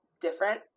different